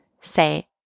say